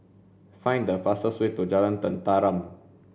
find the fastest way to Jalan Tenteram